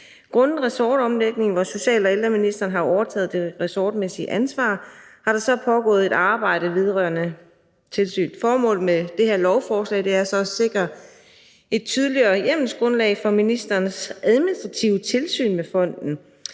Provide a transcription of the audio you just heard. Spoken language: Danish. Grundet ressortomlægningen, hvor social og ældreministeren har overtaget det ressortmæssige ansvar, har der så pågået et arbejde vedrørende tilsynet. Formålet med det her lovforslag er så at sikre et tydeligere hjemmelsgrundlag for ministerens administrative tilsyn med fonden